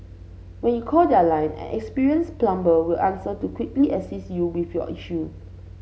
when you call their line an experienced plumber will answer to quickly assist you with your issue